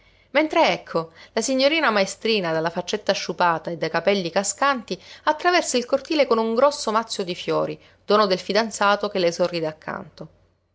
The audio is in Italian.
mentre ecco la signorina maestrina dalla faccetta sciupata e dai capelli cascanti attraversa il cortile con un grosso mazzo di fiori dono del fidanzato che le sorride accanto